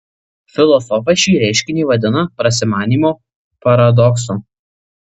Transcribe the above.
filosofai šį reiškinį vadina prasimanymo paradoksu